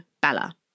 bella